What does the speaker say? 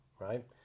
right